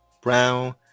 brown